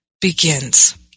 begins